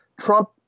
Trump